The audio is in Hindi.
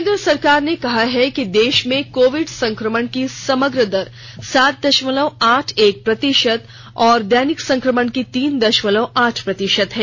केन्द्र सरकार ने कहा कि देश में कोविड संक्रमण की समग्र दर सात दशमलव आठ एक प्रतिशत और दैनिक संक्रमण की तीन दशमलव आठ प्रतिशत है